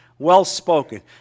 Well-spoken